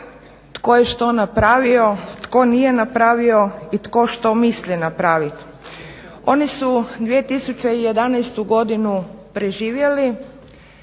tko je što napravio, tko nije napravio i tko što misli napraviti. Oni su 2011. godinu preživjeli,